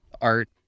art